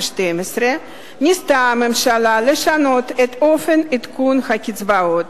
ניסתה הממשלה לשנות את אופן עדכון הקצבאות,